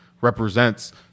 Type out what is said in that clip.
represents